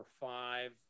five